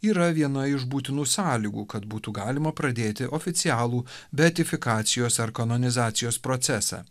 yra viena iš būtinų sąlygų kad būtų galima pradėti oficialų beatifikacijos ar kanonizacijos procesą